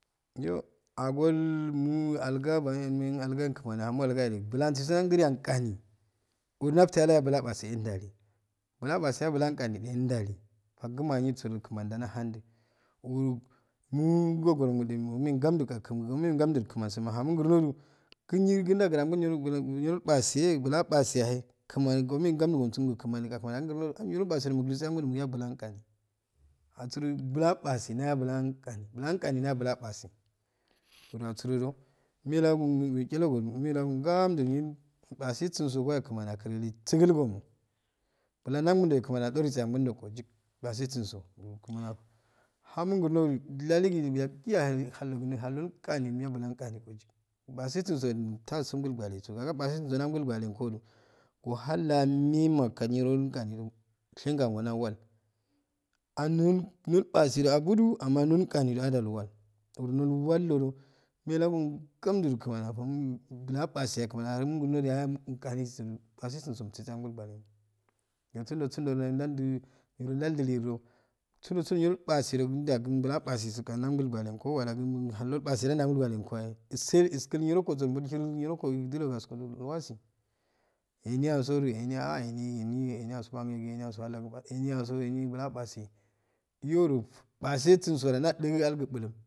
Yo agol mo alga bani ajam men kimani ahauan aligajo bulansiso jan jiri ankani uru jalu ayago bulan abaseye jali bulan abase bulun kani jali faguma nirsojo kmani ja nahali uru mogogum ojo ummeyehe gammju kag gamju kmaniso mahamo gurno jo gngi ginjakuro balan go nerubase bulan abaseyahe kmani ummehe gamju asunju kmani kmani ahijun gurnoju iniro baseyahe mujise angunjo balan qane asuroju bulan base jaya bulan qani bulanqani jaya bulan qani bulan qani jaya bulan base uru asurojo umelagoto chalogoju melo go gamjunei base so sun gowa kmani akirili sigil gomo bulan nagu jo kmani ajorinse agunjogo jik basesinso uru kmani hamo gurnoju laligiya hallohallo gunjo qani men han gani jojik base sojo tasokol kwaleso agai basesison nagul kwanek ju gohan name ma kal niro nule gani shenka awunawal anul nulbasida agbuju amma nul gani ja ajai wai uru nw wai jo jo melago gamju kmani afomoju balan adase hahe kmani aharin gurno yan base base sinso imkisese akoi ballemo hiro sunjo imkisese ako ballemo hiro sunjo sunjo jo danjiniro ja diliro sunjo sunde niro basejo ginja gam niro abasesu nagul kwane neko wala gu hallo base jagul kwane koyahe isei iski niron kosoju bulshil niko gi jijo gaskodu llwasi ehni isoru ehini ehin ehin chni anso juwan ehin.